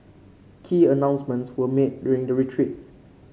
key announcements were made during the retreat